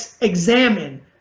examine